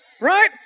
Right